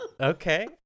Okay